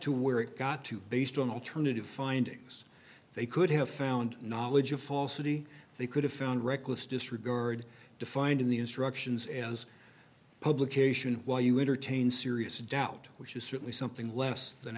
to where it got to based on alternative findings they could have found knowledge of falsity they could have found reckless disregard defined in the instructions as publication while you entertain serious doubt which is certainly something less than